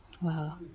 Wow